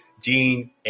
Gene